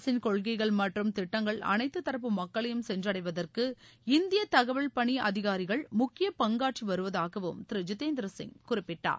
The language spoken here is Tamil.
அரசின் கொள்கைகள் மற்றும் திட்டங்கள் அனைத்து தரப்பு மக்களையும் சென்றடைவதற்கு இந்திய தகவல் பணி அதிகாரிகள் முக்கிய பங்காற்றி வருவதாகவும் திரு ஜிதேந்திர சிங் குறிப்பிட்டார்